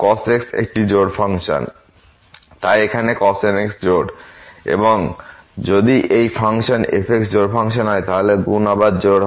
Cos একটি জোড় function তাই এখানে cos nx জোড় হয় এবং যদি এই ফাংশন f জোড় ফাংশন হয় তাহলে গুণ আবার জোড়